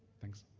thanks.